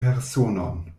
personon